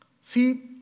See